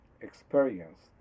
experienced